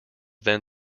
then